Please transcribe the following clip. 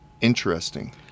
interesting